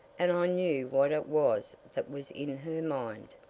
and i knew what it was that was in her mind,